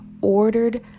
ordered